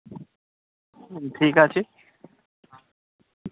হুম ঠিক আছে